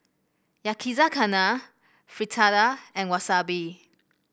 Yakizakana Fritada and Wasabi